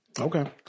okay